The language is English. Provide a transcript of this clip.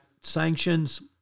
sanctions